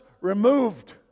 removed